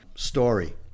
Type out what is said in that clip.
story